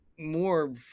more